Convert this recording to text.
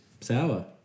Sour